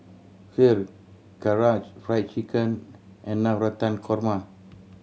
Kheer Karaage Fried Chicken and Navratan Korma